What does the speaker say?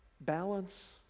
balance